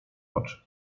oczy